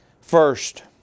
First